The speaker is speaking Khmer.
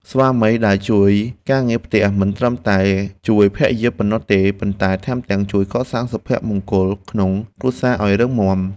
ស្វាមីដែលជួយការងារផ្ទះមិនត្រឹមតែជួយភរិយាប៉ុណ្ណោះទេ ប៉ុន្តែថែមទាំងជួយកសាងសុភមង្គលក្នុងគ្រួសារឱ្យរឹងមាំ។